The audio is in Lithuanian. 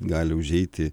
gali užeiti